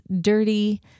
dirty